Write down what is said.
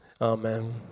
Amen